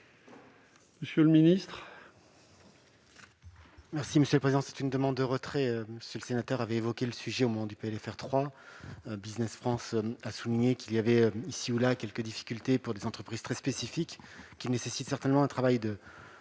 monsieur le ministre.